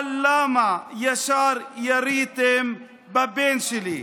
אבל למה ישר יריתם בבן שלי?